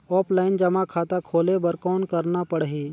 Offline जमा खाता खोले बर कौन करना पड़ही?